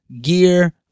gear